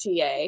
TA